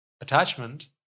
Attachment